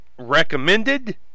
recommended